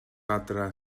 adra